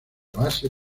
base